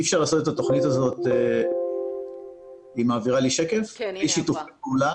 אי אפשר לעשות את התוכנית הזאת באי-שיתוף פעולה.